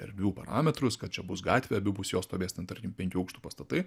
erdvių parametrus kad čia bus gatvė abipus jos stovės ten tarkim penkių aukštų pastatai